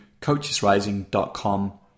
coachesrising.com